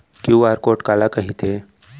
QR code काला कहिथे?